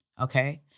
okay